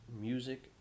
music